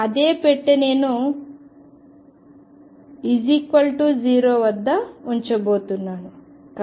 అదే పెట్టె నేను 0 వద్ద ఉంచబోతున్నాను